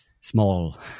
small